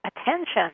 attention